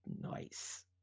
Nice